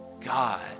God